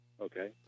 Okay